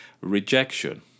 rejection